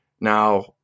Now